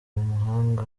umuhanga